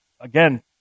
Again